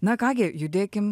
na ką gi judėkim